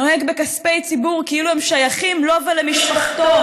נוהג בכספי ציבור כאילו הם שייכים לו ולמשפחתו,